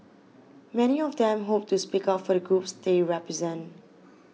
many of them hope to speak up for the groups they represent